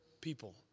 people